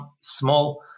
small